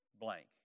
blank